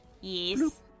Yes